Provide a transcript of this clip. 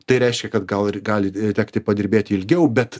tai reiškia kad gal ir gali tekti padirbėti ilgiau bet